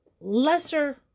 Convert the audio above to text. lesser